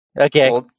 Okay